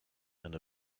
and